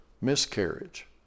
miscarriage